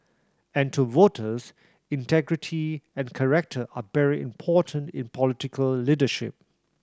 and to voters integrity and character are very important in political leadership